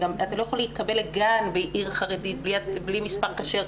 אתה לא יכול להתקבל לגן בעיר חרדית בלי מספר כשר,